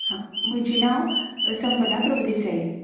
हा म्हजें नांव संपदा प्रभुदेसाय